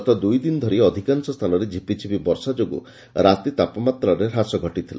ଗତ ଦୁଇ ଦିନ ଧରି ଅଧିକାଂଶ ସ୍ତାନରେ ଝିପିଝିପି ବର୍ଷା ଯୋଗୁଁ ରାତି ତାପମାତ୍ରାରେ ହ୍ରାସ ଘଟିଥିଲା